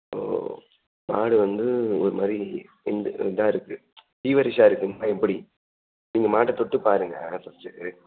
ஓ மாடு வந்து ஒரு மாதிரி இந் இதா இருக்குது ஃபீவரிஷா இருக்குங்களா எப்படி நீங்கள் மாட்டை தொட்டுப் பாருங்க ஃபஸ்ட்டு